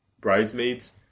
Bridesmaids